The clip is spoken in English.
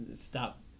stop